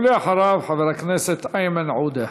ולאחריו, חבר הכנסת איימן עודה.